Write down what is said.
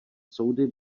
soudy